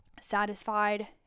satisfied